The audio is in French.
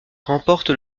remporte